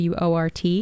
WORT